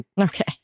Okay